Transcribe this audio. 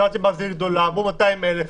שאלתי מה זה עיר גדולה, אמרו 200,000 תושבים.